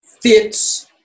fits